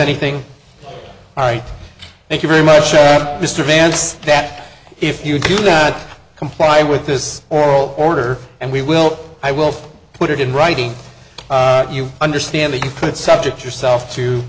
anything all right thank you very much mr vance that if you do that comply with this oral order and we will i will put it in writing you understand that you could subject yourself